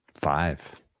Five